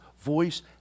Voice